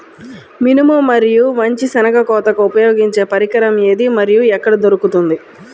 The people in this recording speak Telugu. మినుము మరియు మంచి శెనగ కోతకు ఉపయోగించే పరికరం ఏది మరియు ఎక్కడ దొరుకుతుంది?